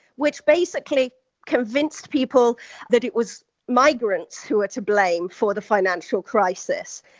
which basically convinced people that it was migrants who were to blame for the financial crisis.